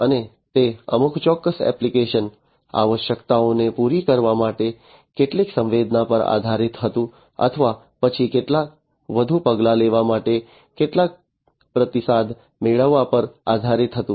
અને તે અમુક ચોક્કસ એપ્લિકેશન આવશ્યકતાઓને પૂરી કરવા માટે કેટલીક સંવેદના પર આધારિત હતું અથવા પછી કેટલાક વધુ પગલાં લેવા માટે કેટલાક પ્રતિસાદ મેળવવા પર આધારિત હતું